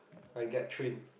like get trained